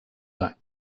that